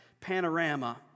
panorama